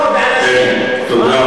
נכון להיום, זה שטח ריבוני.